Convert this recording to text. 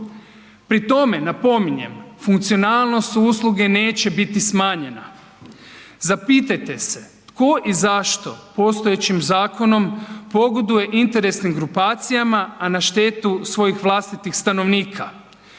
Pri tome, napominjem, funkcionalnost usluge neće biti smanjena. Zapitajte se, tko i zašto postojećim zakonom pogoduje interesnim grupacijama, a na štetu svojih vlastitih stanovnika?